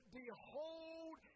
behold